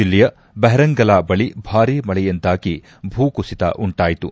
ಜಿಲ್ಲೆಯ ಬೆಪ್ರಂಗಲಾ ಬಳಿ ಭಾರೀ ಮಳೆಯಿಂದಾಗಿ ಭೂಕುಸಿತ ಉಂಟಾಯಿತು